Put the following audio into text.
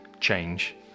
change